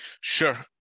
Sure